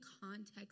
context